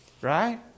Right